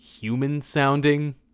human-sounding